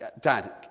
dad